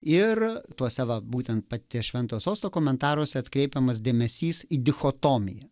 ir tuo savo būtent paties šventojo sosto komentaruose atkreipiamas dėmesys į dichotomiją